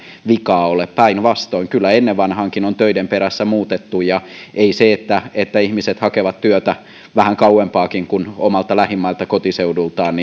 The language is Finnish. vikaa ole päinvastoin kyllä ennen vanhaankin on töiden perässä muutettu ja ei siinä että ihmiset hakevat työtä vähän kauempaakin kuin omalta lähimmältä kotiseudultaan